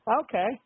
Okay